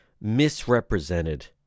misrepresented